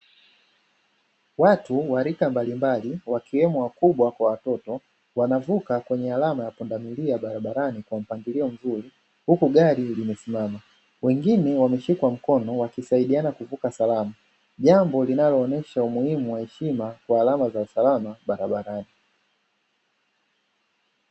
Watu wa rika mbalimbali, wakiwemo wakubwa kwa watoto, wanavuka kwenye alama ya pundamilia barabarani kwa mpangilio mzuri, huku gari limesimama, wengine wameshikwa mkono wakisaidiana kuvuka salama, jambo linaloonesha umuhimu wa heshima kwa alama za usalama barabarani.